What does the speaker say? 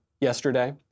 yesterday